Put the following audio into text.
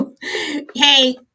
Hey